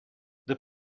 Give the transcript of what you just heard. the